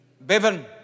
Bevan